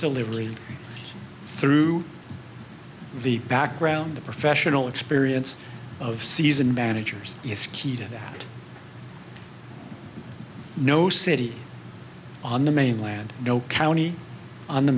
delivery through the background the professional experience of season managers is key to that no city on the mainland no county on the